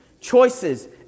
Choices